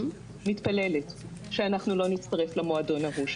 מתפללת שאנחנו לא נצטרף למועדון ההוא.